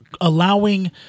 allowing –